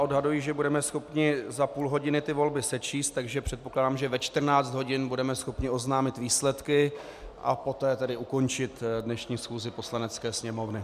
Odhaduji, že budeme schopni za půl hodiny volby sečíst, takže předpokládám, že ve 14 hodin budeme schopni oznámit výsledky a poté ukončit dnešní schůzi Poslanecké sněmovny.